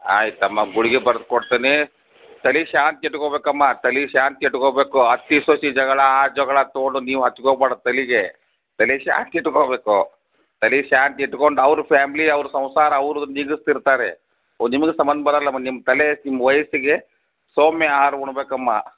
ಆಯಿತಮ್ಮ ಗುಳ್ಗೆ ಬರ್ಕೊಡ್ತೇನೆ ತಲೆ ಶಾಂತ ಇಟ್ಕೋಬೇಕಮ್ಮ ತಲೆ ಶಾಂತ ಇಟ್ಕೋಬೇಕು ಅತ್ತೆ ಸೊಸೆ ಜಗಳ ಆ ಜಗಳ ತೊಗೊಂಡು ನೀವು ಹಚ್ಕೋಬಾರ್ದ್ ತಲೆಗೆ ತಲೆ ಶಾಂತ ಇಟ್ಕೋಬೇಕು ತಲೆ ಶಾಂತ ಇಟ್ಕೊಂಡು ಅವ್ರ ಫ್ಯಾಮ್ಲಿ ಅವ್ರ ಸಂಸಾರ ಅವ್ರ್ದು ನೀಗಿಸ್ತಿರ್ತಾರೆ ನಿಮಗೆ ಸಂಬಂಧ ಬರೋಲಮ್ಮ ನಿಮ್ಮ ತಲೆ ನಿಮ್ಮ ವಯಸ್ಸಿಗೆ ಸೌಮ್ಯ ಆಹಾರ ಉಣ್ಣಬೇಕಮ್ಮ